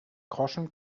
groschen